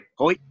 oi